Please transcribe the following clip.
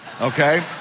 Okay